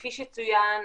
כפי שצוין,